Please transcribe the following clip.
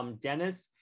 Dennis